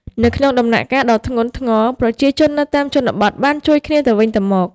នៅក្នុងដំណាក់កាលដ៏ធ្ងន់ធ្ងរ ប្រជាជននៅតាមជនបទបានជួយគ្នាទៅវិញទៅមក។